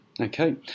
Okay